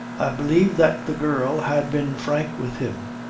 i believe that the girl had been frank with him,